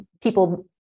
people